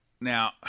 Now